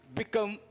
become